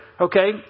okay